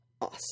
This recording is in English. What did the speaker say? awesome